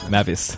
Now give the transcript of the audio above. Mavis